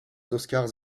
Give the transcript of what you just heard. oscars